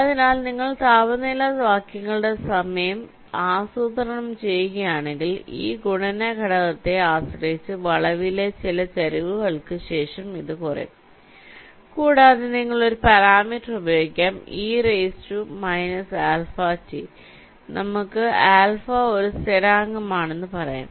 അതിനാൽ നിങ്ങൾ താപനില വാക്യങ്ങളുടെ സമയം ആസൂത്രണം ചെയ്യുകയാണെങ്കിൽ ഈ ഗുണന ഘടകത്തെ ആശ്രയിച്ച് വളവിലെ ചില ചരിവുകൾക്ക് ശേഷം ഇതും കുറയും കൂടാതെ നിങ്ങൾക്ക് ഒരു പാരാമീറ്റർ ഉപയോഗിക്കാം e−αT നമുക്ക് α ഒരു സ്ഥിരാങ്കമാണെന്ന് പറയാം